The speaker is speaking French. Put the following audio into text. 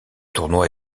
tournoi